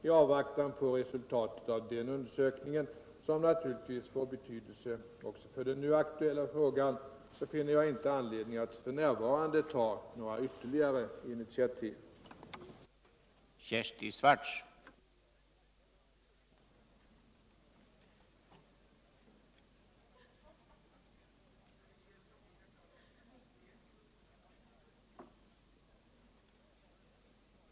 I avvaktan på resultat av denna undersökning, som naturligtvis får betydelse också för den nu aktuella frågan, finner jag inte anledning att f.n. ta några ytterligare initiativ. av barn